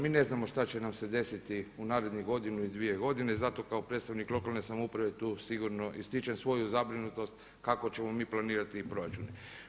Mi ne znamo šta će nam se desiti u narednih godinu, dvije godine zato kao predstavnik lokalne samouprave tu sigurno ističem svoju zabrinutost kako ćemo mi planirati proračun.